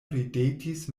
ridetis